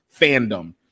fandom